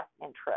interest